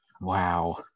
wow